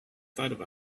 thought